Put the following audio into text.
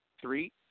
three